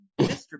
mr